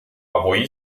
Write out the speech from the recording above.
voi